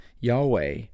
yahweh